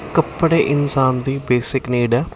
ਕੱਪੜੇ ਇਨਸਾਨ ਦੀ ਬੇਸਿਕ ਨੀਡ ਹੈ